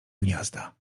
gniazda